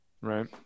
Right